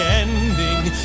ending